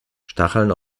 stacheln